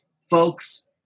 folks